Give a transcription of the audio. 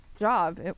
job